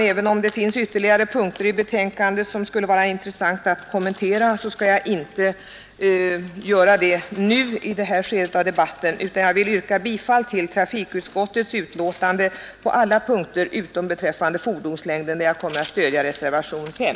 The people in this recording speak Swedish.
Även om det finns ytterligare punkter i betänkandet som skulle vara intressanta att kommentera skall jag inte göra det i det här skedet av debatten utan inskränker mig till att yrka bifall till trafikutskottets hemställan i dess betänkande nr 7 på alla punkter utom beträffande fordonslängden, där jag kommer att stödja reservationen 5.